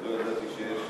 אז לא ידעתי שיש,